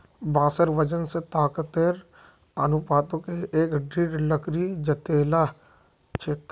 बांसेर वजन स ताकतेर अनुपातत एक दृढ़ लकड़ी जतेला ह छेक